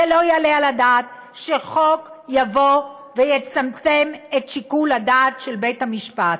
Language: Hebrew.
זה לא יעלה על הדעת שחוק יבוא ויצמצם את שיקול הדעת של בית-המשפט.